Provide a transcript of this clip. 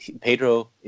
Pedro